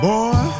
Boy